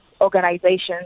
organizations